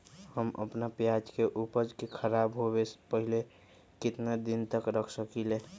हम अपना प्याज के ऊपज के खराब होबे पहले कितना दिन तक रख सकीं ले?